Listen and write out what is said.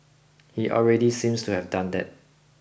he already seems to have done that